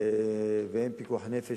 ואין פיקוח נפש.